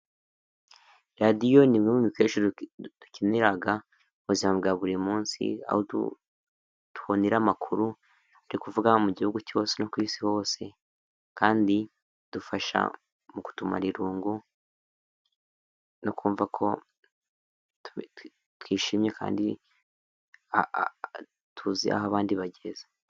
Radiyo nimwe mu bikoresho dukenera mu buzima bwa buri munsi, aho tubonera amakuru ari kuvugwa mu gihugu cyose no ku isi hose, kandi idufasha mu kutumara irungu no kumva ko twishimye, kandi tuzi aho abandi bageze.